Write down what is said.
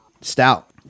Stout